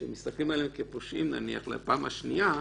שמסתכלים עליהם כפושעים בפעם השנייה,